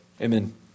Amen